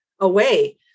away